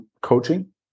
coaching